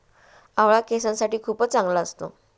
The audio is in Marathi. आवळा केसांसाठी खूप चांगला असतो